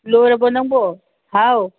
ꯂꯣꯏꯔꯕꯣ ꯅꯪꯕꯣ ꯍꯥꯎ